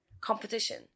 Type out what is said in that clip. competition